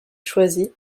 choisi